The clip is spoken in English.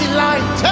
light